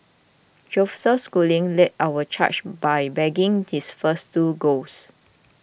Joseph Schooling led our charge by bagging his first two golds